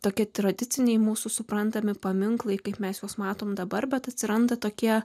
tokie tradiciniai mūsų suprantami paminklai kaip mes juos matome dabar bet atsiranda tokie